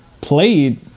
played